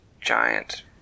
giant